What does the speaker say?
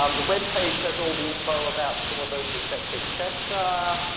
um the web-page has all the info about syllabus et cetera et cetera.